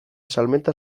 salmenta